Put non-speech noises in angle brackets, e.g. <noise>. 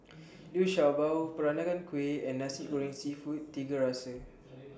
Liu Sha Bao Peranakan Kueh and Nasi Goreng Seafood Tiga Rasa <noise>